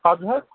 پگاہ حظ